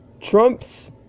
Trump's